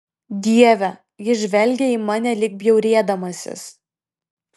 dieve jis žvelgė į mane lyg bjaurėdamasis